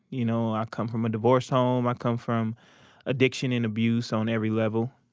you know, i come from a divorced home, i come from addition and abuse on every level.